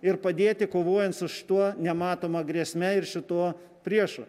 ir padėti kovojant su šituo nematoma grėsme ir šituo priešu